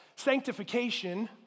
Sanctification